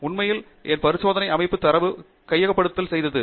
உண்மையில் என் பரிசோதனை அமைப்பு தரவு கையகப்படுத்தல் செய்தது